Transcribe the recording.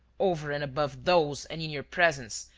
over and above those and in your presence,